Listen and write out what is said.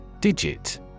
Digit